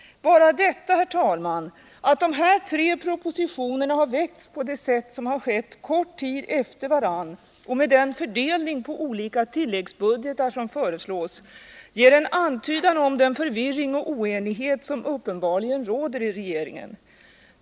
Bara detta, herr talman, att dessa tre propositioner har lagts fram på det sätt som har skett kort tid efter varandra och med den fördelning på olika tilläggsbudgeter som föreslås ger en antydan om den förvirring och oenighet som uppenbarligen råder i regeringen.